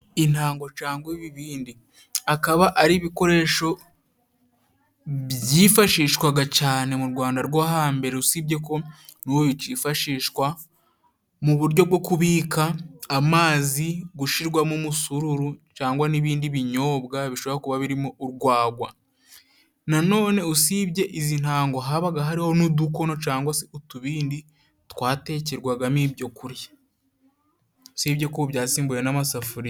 Intango cyangwa ibibindi akaba ari ibikoresho byifashishwaga cyane mu Rwanda rwo hambere usibyeko n'ubu byifashishwa mu buryo bwo kubika amazi, gushyirwamo umusururu cyangwa n'ibindi binyobwa bishobora kuba birimo urwagwa. Nanone usibye izi ntango habaga hariho n'udukono cyangwa se utubindi twatekerwagamo ibyo kurya, usibyeko ubu byasimbuwe n'amasafuriya.